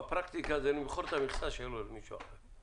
בפרקטיקה זה למכור את המכסה שלו למישהו אחר.